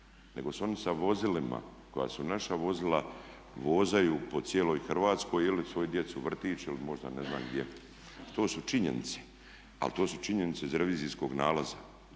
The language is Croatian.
nego se oni sa vozilima, koja su naša vozila, vozaju po cijeloj Hrvatskoj ili svoju djecu u vrtić ili možda ne znam gdje. To su činjenice. Ali to su činjenice iz revizijskog nalaza.